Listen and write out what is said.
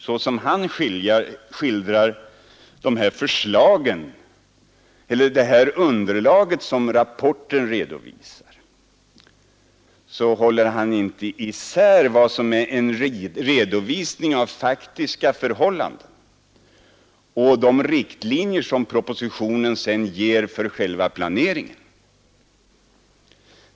Såsom han skildrar” detta underlag som rapporten redovisar så håller han inte isär en redovisning av faktiska förhållanden och de riktlinjer som propositionen sedan ger för själva planeringen.